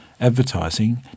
advertising